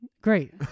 Great